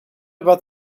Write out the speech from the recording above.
about